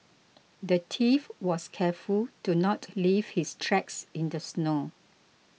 the thief was careful to not leave his tracks in the snow